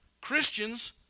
Christians